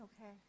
Okay